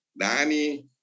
Dani